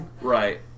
Right